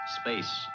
Space